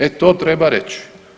E to treba reći.